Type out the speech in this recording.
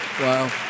Wow